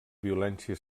violència